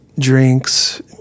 drinks